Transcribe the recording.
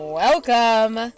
welcome